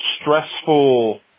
stressful